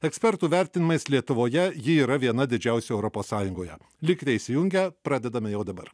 ekspertų vertinimais lietuvoje ji yra viena didžiausių europos sąjungoje likite įsijungę pradedame jau dabar